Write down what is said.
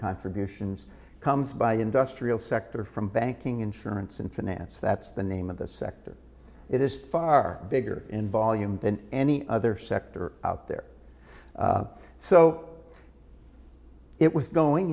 contributions comes by industrial sector from banking insurance and finance that's the name of the sector it is far bigger in volume than any other sector out there so it was going